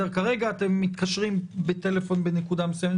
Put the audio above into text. כרגע אתם מתקשרים בטלפון בנקודה מסוימת,